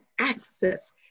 access